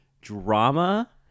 drama